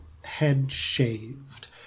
head-shaved